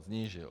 Snížil!